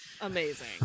Amazing